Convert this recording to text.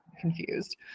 confused